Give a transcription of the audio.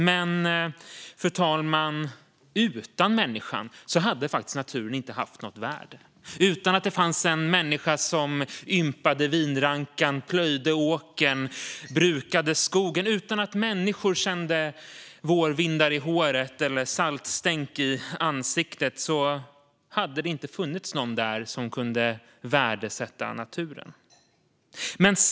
Men, fru talman, utan människan hade naturen faktiskt inte haft något värde. Utan en människa som ympade vinrankan, plöjde åkern, brukade skogen och utan att människor kände vårvindar i håret eller saltstänk i ansiktet hade det inte funnits någon där som kunde värdesätta naturen.